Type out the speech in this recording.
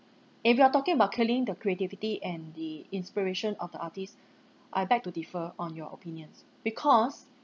if you are talking about killing the creativity and the inspiration of the artist I beg to differ on your opinions because